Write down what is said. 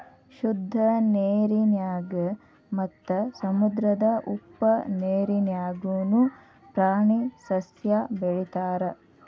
ಶುದ್ದ ನೇರಿನ್ಯಾಗ ಮತ್ತ ಸಮುದ್ರದ ಉಪ್ಪ ನೇರಿನ್ಯಾಗುನು ಪ್ರಾಣಿ ಸಸ್ಯಾ ಬೆಳಿತಾರ